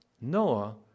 Noah